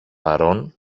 παρών